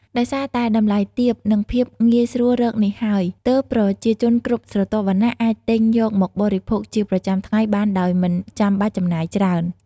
ដោយសារតែតម្លៃទាប និងភាពងាយស្រួលរកនេះហើយ ទើបប្រជាជនគ្រប់ស្រទាប់វណ្ណៈអាចទិញយកមកបរិភោគជាប្រចាំថ្ងៃបានដោយមិនចាំបាច់ចំណាយច្រើន។